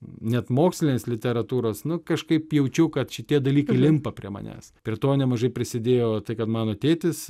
net mokslinės literatūros nu kažkaip jaučiu kad šitie dalykai limpa prie manęs prie to nemažai prisidėjo tai kad mano tėtis